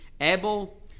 Abel